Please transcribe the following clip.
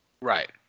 Right